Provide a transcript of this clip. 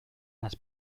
las